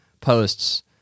posts